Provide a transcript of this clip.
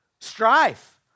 strife